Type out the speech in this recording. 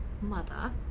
mother